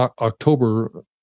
October